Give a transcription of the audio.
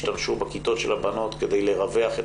השתמשו בכיתות של הבנות כדי לרווח את